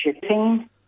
shipping